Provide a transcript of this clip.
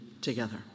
together